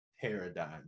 paradigm